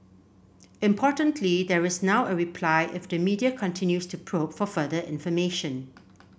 importantly there is now a reply if the media continues to probe for further information